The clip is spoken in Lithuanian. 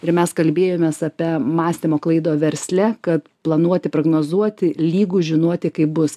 ir mes kalbėjomės apie mąstymo klaido versle kad planuoti prognozuoti lygu žinoti kaip bus